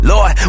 Lord